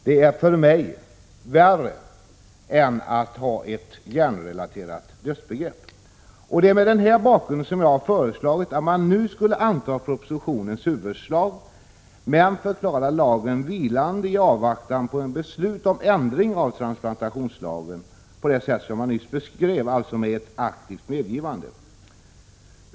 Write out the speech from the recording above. Det är för mig värre än att ha ett hjärnrelaterat dödsbegrepp. Mot denna bakgrund har jag föreslagit att riksdagen nu skulle anta huvudförslaget i propositionen men förklara lagen vilande i avvaktan på ett beslut om ändring av transplantationslagen på det sätt som jag nyss beskrev, alltså med ett aktivt medgivande.